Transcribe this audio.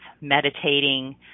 meditating